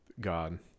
God